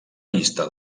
llista